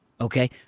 Okay